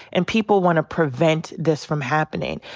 and people want to prevent this from happening.